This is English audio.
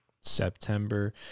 September